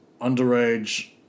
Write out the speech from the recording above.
underage